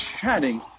chatting